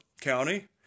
County